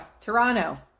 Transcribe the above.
Toronto